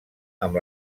amb